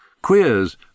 Queers